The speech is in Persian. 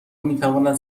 میتواند